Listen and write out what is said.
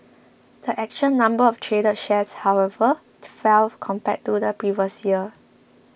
the actual number of traded shares however to fell compared to the previous year